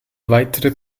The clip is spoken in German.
weitere